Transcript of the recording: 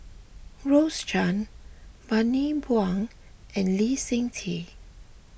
Rose Chan Bani Buang and Lee Seng Tee